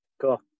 Cool